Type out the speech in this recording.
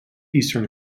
eastern